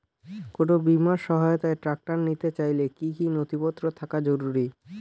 কোন বিমার সহায়তায় ট্রাক্টর নিতে চাইলে কী কী নথিপত্র থাকা জরুরি?